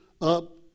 up